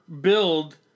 build